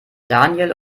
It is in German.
daniel